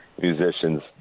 musicians